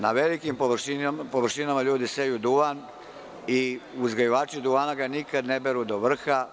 Na velikim površinama ljudi seju duvan i uzgajivači duvana ga nikada ne beru do vrha.